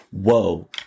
Whoa